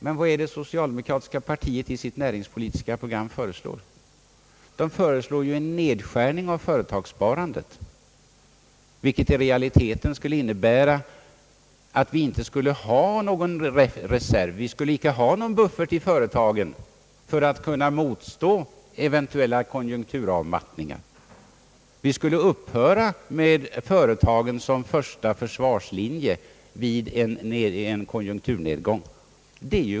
Men vad föreslår socialdemokratiska partiet i sitt näringspolitiska program? Jo, en nedskärning av företagssparandet, vilket i realiteten skulle innebära att det inte längre kommer att finnas någon buffert i företagen för att kunna motstå eventuella konjunkturavmattningar. Konsekvensen av detta är att företagen skulle upphöra att vara den första försvarslinjen vid en konjunkturnedgång.